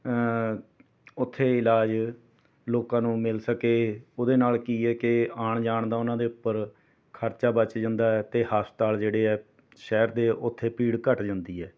ਉੱਥੇ ਇਲਾਜ ਲੋਕਾਂ ਨੂੰ ਮਿਲ ਸਕੇ ਉਹਦੇ ਨਾਲ ਕੀ ਹੈ ਕਿ ਆਉਣ ਜਾਣ ਦਾ ਉਨ੍ਹਾਂ ਦੇ ਉੱਪਰ ਖਰਚਾ ਬਚ ਜਾਂਦਾ ਹੈ ਅਤੇ ਹਸਪਤਾਲ ਜਿਹੜੇ ਹੈ ਸ਼ਹਿਰ ਦੇ ਉੱਥੇ ਭੀੜ ਘੱਟ ਜਾਂਦੀ ਹੈ